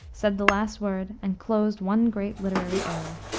said the last word, and closed one great literary era.